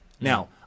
Now